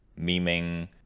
memeing